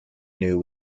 knew